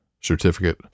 certificate